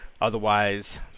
Otherwise